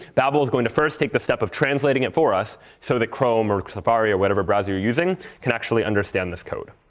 babel is going to first take the step of translating it for us, so that chrome or safari or whatever browser you're using can actually understand this code.